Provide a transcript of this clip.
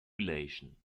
relation